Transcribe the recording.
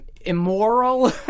Immoral